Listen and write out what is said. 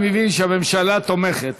אני מבין שהממשלה תומכת,